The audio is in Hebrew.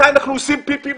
מתי אנחנו הולכים לשירותים,